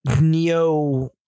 neo